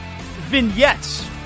vignettes